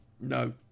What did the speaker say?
No